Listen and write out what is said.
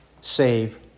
save